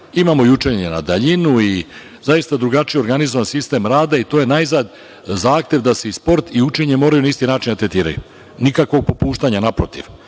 Imamo učenje na daljinu, zaista drugačije organizovan sistem rada i to je najzad zahtev da se i sport i učenje moraju na isti način da tretiraju. Nikakvo popuštanje, naprotiv,